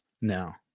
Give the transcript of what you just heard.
No